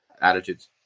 attitudes